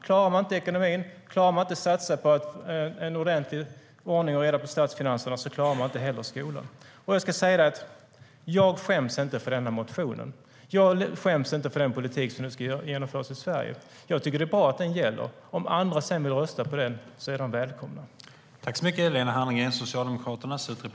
Klarar man inte ekonomin och klarar man inte att satsa på ordning och reda i statsfinanserna klarar man inte heller skolan.